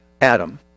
Adam